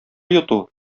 йоту